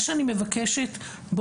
הייתי מבקשת אם אפשר הצעה קטנה לסדר.